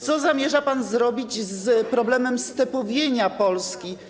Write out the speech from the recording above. Co zamierza pan zrobić z problemem stepowienia Polski?